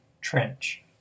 Trench